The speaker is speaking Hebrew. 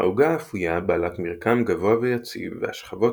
העוגה האפויה בעלת מרקם גבוה ויציב והשכבות